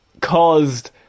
caused